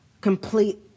complete